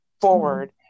forward